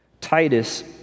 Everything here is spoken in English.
Titus